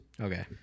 Okay